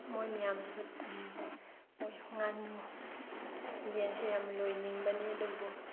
ꯃꯣꯏ ꯃꯌꯥꯝꯁꯨ ꯃꯣꯏ ꯉꯥꯅꯨ ꯌꯦꯟꯁꯦ ꯌꯥꯝ ꯂꯣꯏꯅꯤꯡꯕꯅꯤ ꯑꯗꯨꯕꯨ